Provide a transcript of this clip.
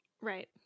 right